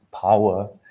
power